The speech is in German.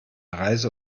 reise